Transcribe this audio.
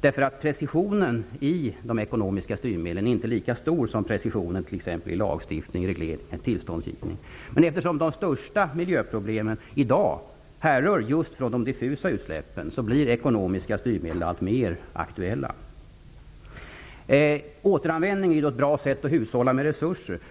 därför att precisionen i de ekonomiska styrmedlen inte är lika stor som precisionen i t.ex. lagstiftning, reglering och tillståndsgivning. Men eftersom de största miljöproblemen i dag härrör just från de diffusa utsläppen blir ekonomiska styrmedel alltmer aktuella. Återanvändning är ett bra sätt att hushålla med resurser.